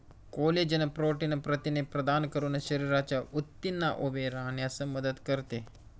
collagen protein प्रथिने प्रदान करून शरीराच्या ऊतींना उभे राहण्यास मदत करते